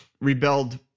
rebelled